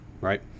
right